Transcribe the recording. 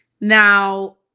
Now